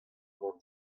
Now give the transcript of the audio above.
mañ